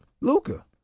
Luka